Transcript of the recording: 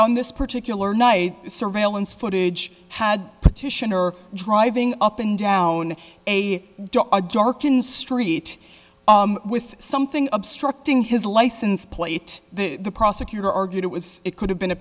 on this particular night surveillance footage had petitioner driving up and down a dark in street with something obstructing his license plate the prosecutor argued it was it could have been a